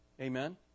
Amen